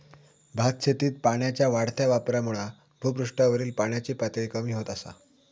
भातशेतीत पाण्याच्या वाढत्या वापरामुळा भुपृष्ठावरील पाण्याची पातळी कमी होत असा